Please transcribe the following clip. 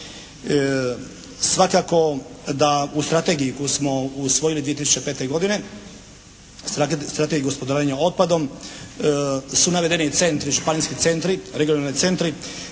Svakako da u strategiji koju smo usvojili 2005. godine, strategiju gospodarenja otpadom su navedeni centri, županijski centri, regionalni centri